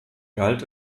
galt